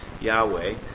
Yahweh